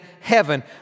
heaven